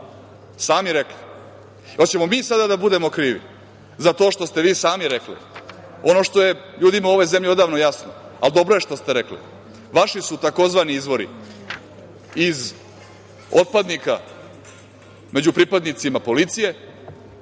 Sami rekli. Hoćemo mi sada da budemo krivi za to što ste vi sami rekli? Ono što je ljudima u ovoj zemlji odavno jasno, ali dobro je što ste rekli. Vaši su tzv. izvori iz otpadnika među pripadnicima policije